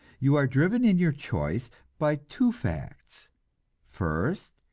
you are driven in your choice by two facts first,